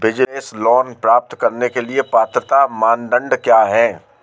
Business loan प्राप्त करने के लिए पात्रता मानदंड क्या हैं?